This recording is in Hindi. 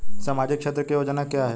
सामाजिक क्षेत्र की योजना क्या है?